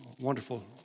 wonderful